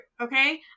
okay